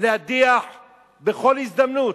ולהדיח בכל הזדמנות.